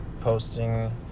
posting